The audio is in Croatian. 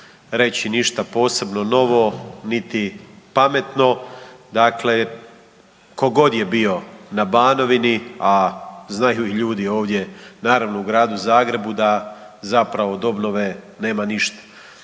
reći ništa posebno novo niti pametno. Dakle, tko god je bio na Banovini, a znaju ljudi ovdje naravno i u gradu Zagrebu da zapravo od obnove nema ništa.